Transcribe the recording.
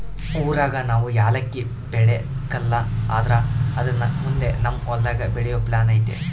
ಊರಾಗ ನಾವು ಯಾಲಕ್ಕಿ ಬೆಳೆಕಲ್ಲ ಆದ್ರ ಅದುನ್ನ ಮುಂದೆ ನಮ್ ಹೊಲದಾಗ ಬೆಳೆಯೋ ಪ್ಲಾನ್ ಐತೆ